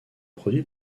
produit